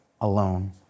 alone